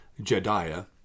Jediah